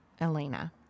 Elena